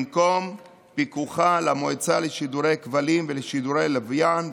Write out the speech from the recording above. במקום פיקוחה של המועצה לשידורי כבלים ולשידורי לוויין,